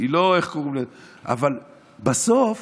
אבל בסוף